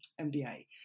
MBA